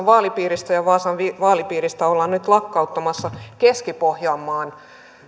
vaalipiiristä ja vaasan vaalipiiristä ollaan nyt lakkauttamassa keski pohjanmaan